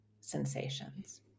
sensations